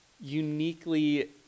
uniquely